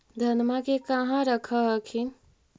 धनमा के कहा रख हखिन?